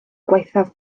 gwaethaf